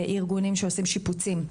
בארגונים שעושים שיפוצים.